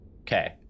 Okay